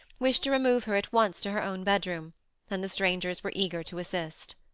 wished to remove her at once to her own bed room, and the strangers were eager to assist.